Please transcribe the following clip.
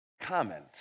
comment